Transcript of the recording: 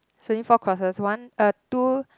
it's only four crosses one uh two